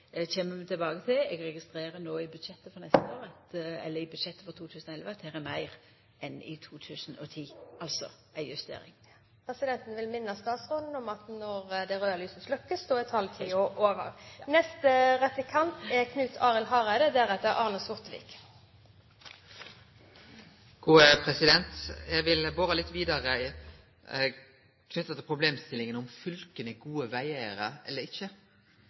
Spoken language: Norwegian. kjem vi tilbake til. Eg registrerer no i budsjettet for 2011 at det er meir enn det var i 2010 – altså ei justering. Presidenten vil minne statsråden om at når det røde lyset slukner, så er taletiden over. Ja. Eg vil bore litt vidare, knytt til problemstillinga om fylka er gode vegeigarar eller ikkje.